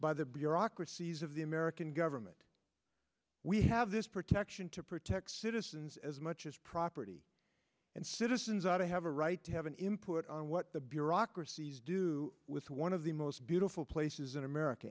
by the bureaucracies of the american government we have this protection to protect citizens as much as property and citizens are to have a right to have an input on what the bureaucracies do with one of the most beautiful places in america